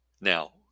Now